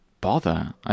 bother